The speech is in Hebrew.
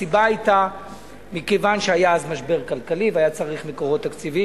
הסיבה היתה שהיה אז משבר כלכלי והיה צריך מקורות תקציביים.